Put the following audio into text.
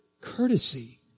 courtesy